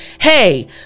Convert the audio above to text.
Hey